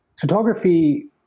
photography